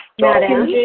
Madam